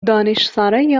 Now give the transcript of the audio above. دانشسرای